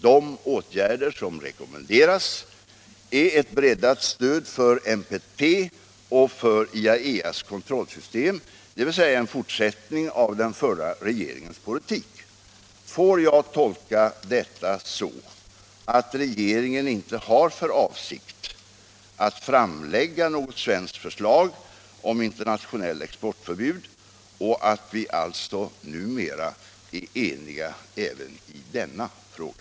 De åtgärder som rekommenderas är ett breddat stöd för NPT och för IAEA:s kontrollsystem, dvs. en fortsättning av den förra regeringens politik. Får jag tolka detta så, att regeringen inte har för avsikt att framlägga något svenskt förslag om internationellt exportförbud och att vi numera alltså är eniga även i denna fråga?